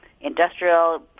industrial